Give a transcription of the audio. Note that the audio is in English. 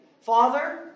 Father